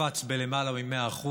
קפץ למעלה מ-100%,